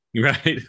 right